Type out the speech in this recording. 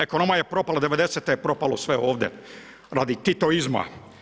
Ekonomija je propala, '90. je propalo sve ovdje, radi Titoizma.